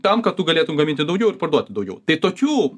tam kad tu galėtum gaminti daugiau ir parduoti daugiau tai tokių